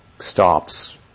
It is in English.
stops